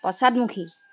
পশ্চাদমুখী